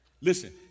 Listen